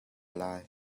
lai